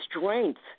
strength